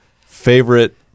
favorite